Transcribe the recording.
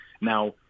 Now